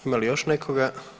Ima li još nekoga?